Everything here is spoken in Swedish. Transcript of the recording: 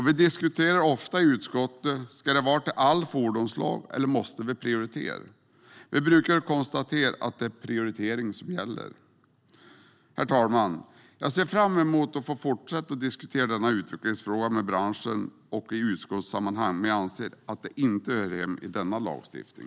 Vi diskuterar ofta i utskottet om det ska vara fråga om alla fordonsslag eller om vi måste prioritera. Vi brukar konstatera att det är prioritering som gäller. Herr talman! Jag ser fram emot att få fortsätta att diskutera denna utvecklingsfråga med branschen och i utskottssammanhang, men jag anser att den inte hör hemma i denna lagstiftning.